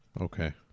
Okay